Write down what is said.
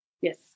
Yes